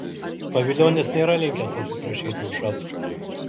pavilionis nėra linkęs atsiprašyti ušacko